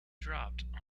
dropped